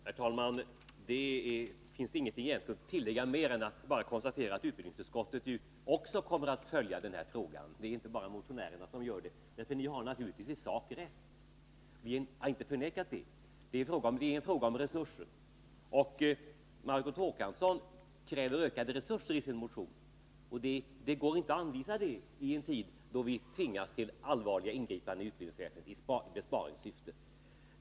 Herr talman! Det finns egentligen inget mer att tillägga, utan jag vill bara konstatera att utbildningsutskottet naturligtvis också kommer att följa den här frågan — det är alltså inte bara ni motionärer som kommer att göra det. Jag har inte förnekat att ni i sak har rätt, men det är en fråga om resurser. Margot Håkansson kräver ökade resurser i sin motion, och det går inte att anvisa sådana i en tid då vi tvingas till allvarliga ingripanden i besparingssyfte.